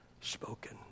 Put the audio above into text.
spoken